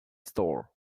store